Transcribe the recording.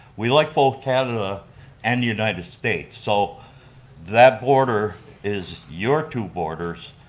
we like both canada and the united states, so that border is your two borders,